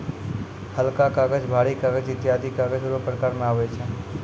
हलका कागज, भारी कागज ईत्यादी कागज रो प्रकार मे आबै छै